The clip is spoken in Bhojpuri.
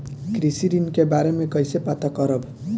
कृषि ऋण के बारे मे कइसे पता करब?